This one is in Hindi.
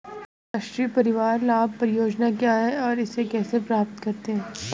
राष्ट्रीय परिवार लाभ परियोजना क्या है और इसे कैसे प्राप्त करते हैं?